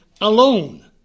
alone